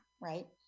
right